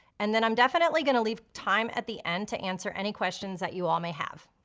and then i'm definitely gonna leave time at the end to answer any questions that you all may have.